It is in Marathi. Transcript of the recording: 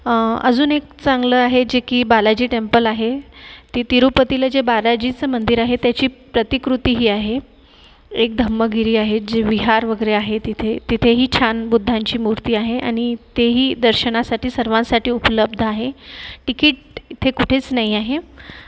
अजून एक चांगलं आहे जे की बालाजी टेम्पल आहे ते तिरुपतीला जे बालाजीचं मंदिर आहे त्याची प्रतिकृतीही आहे एक धम्मगिरी आहे जे विहार वगैरे आहे तिथे तिथेही छान बुद्धाची मूर्ती आहे आणि तेही दर्शनासाठी सर्वांसाठी उपलब्थ आहे टिकिट येथे कुठेच नाही आहे